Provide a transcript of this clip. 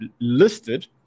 listed